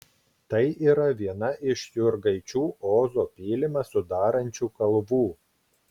tai yra viena iš jurgaičių ozo pylimą sudarančių kalvų